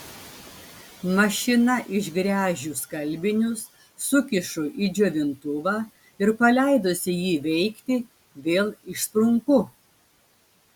mašina išgręžiu skalbinius sukišu į džiovintuvą ir paleidusi jį veikti vėl išsprunku